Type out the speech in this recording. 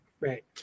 Right